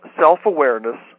self-awareness